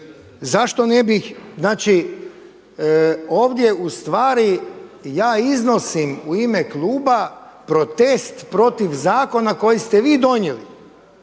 zašto ne bih, znači ovdje u stvari ja iznosim u ime kluba protest protiv zakona koji ste vi donijeli